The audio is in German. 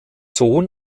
sohn